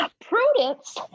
prudence